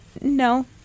No